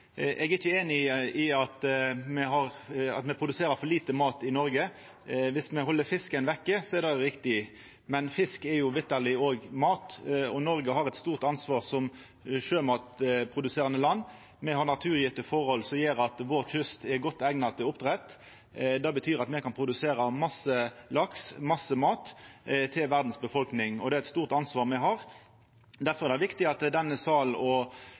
Eg er ikkje einig i at me produserer for lite mat i Noreg. Viss me held fisken vekke, er det riktig, men fisk er jo òg mat, og Noreg har eit stort ansvar som sjømatproduserande land. Me har naturgjevne forhald som gjer at vår kyst er godt eigna til oppdrett. Det betyr at me kan produsera masse laks, masse mat til verdas befolkning, og det er eit stort ansvar me har. Derfor er det viktig at denne sal og